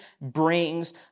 brings